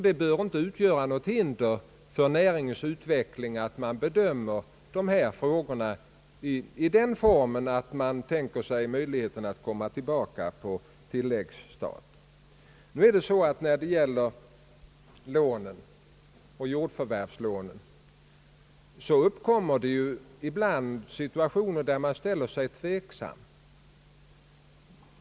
Det bör inte utgöra något hinder för näringens utveckling att man tänker sig möjligheten ait komma tillbaka på tilläggsstat. När det gäller jordförvärvslån uppkommer ibland situationer där man ställer sig tveksam.